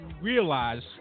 realize